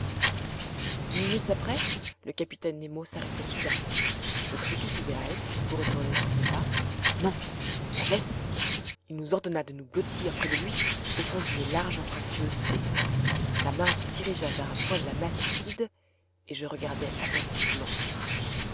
dix minutes après le capitaine nemo s'arrêtait soudain je crus qu'il faisait halte pour retourner sur ses pas non d'un geste il nous ordonna de nous blottir près de lui au fond d'une large anfractuosité sa main se dirigea vers un point de la masse liquide et je regardai attentivement